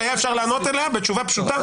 היה אפשר לענות עליה בתשובה פשוטה,